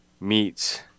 meets